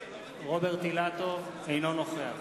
אינו נוכח